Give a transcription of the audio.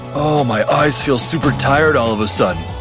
my eyes feel super tired all of a sudden.